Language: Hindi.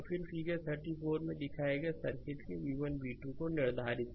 तो फिगर 34 में दिखाए गए सर्किट के v1 और v2 को निर्धारित करें